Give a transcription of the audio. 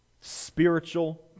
Spiritual